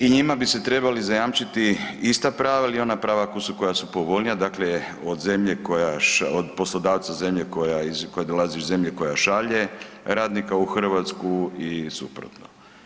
I njima bi se trebali zajamčiti ista prava ili ona prava koja su povoljnija, dakle od zemlje koja, od poslodavca zemlje koja, koja dolazi iz zemlje koja šalje radnika u Hrvatsku i suprotno.